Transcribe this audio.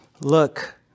look